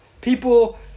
People